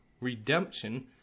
redemption